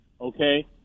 okay